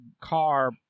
car